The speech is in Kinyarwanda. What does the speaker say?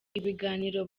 ibiganiro